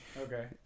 Okay